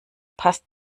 passt